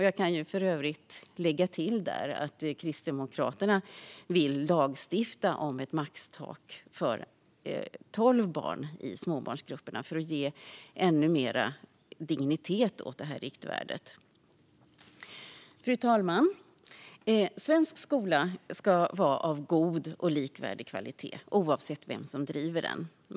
Jag kan för övrigt lägga till att Kristdemokraterna vill lagstifta om ett maxtak på tolv barn i småbarnsgrupperna, för att ge ännu mer dignitet åt riktvärdet. Fru talman! Svensk skola ska vara av god och likvärdig kvalitet, oavsett vem som driver skolan.